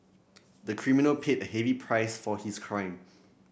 the criminal paid a heavy price for his crime